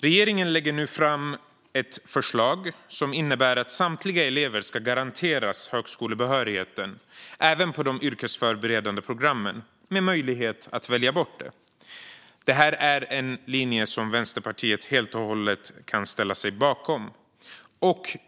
Regeringen lägger nu fram ett förslag som innebär att samtliga elever ska garanteras högskolebehörigheten även på de yrkesförberedande programmen med möjlighet att välja bort det. Det är en linje som Vänsterpartiet helt och hållet kan ställa sig bakom.